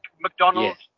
McDonald's